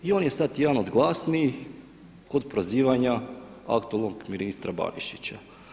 I on je sad jedan od glasnijih kod prozivanja aktualnog ministra Barišića.